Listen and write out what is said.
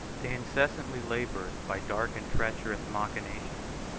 they incessantly labored, by dark and treacherous machinations,